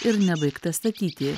ir nebaigta statyti